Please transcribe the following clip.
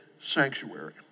sanctuary